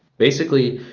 basically,